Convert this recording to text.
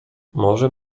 może